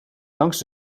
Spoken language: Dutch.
langs